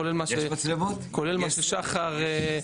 כולל מה ששחר אמר.